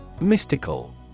Mystical